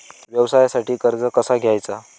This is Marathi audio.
व्यवसायासाठी कर्ज कसा घ्यायचा?